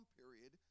period